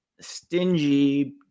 stingy